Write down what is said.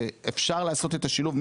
אפשר לעשות את השילוב,